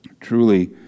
Truly